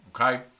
okay